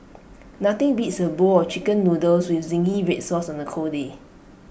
nothing beats A bowl of Chicken Noodles with Zingy Red Sauce on A cold day